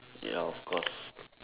ya of course